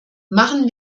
machen